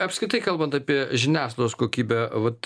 apskritai kalbant apie žiniasklaidos kokybę vat